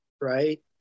right